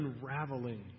unraveling